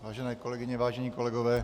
Vážené kolegyně, vážení kolegové.